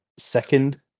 Second